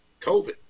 COVID